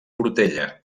portella